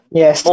yes